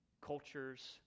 cultures